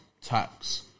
tax